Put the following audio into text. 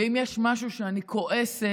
ואם יש משהו שאני כועסת,